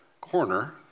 corner